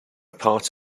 part